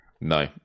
no